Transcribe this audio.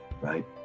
right